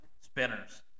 Spinners